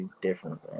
different